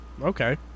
okay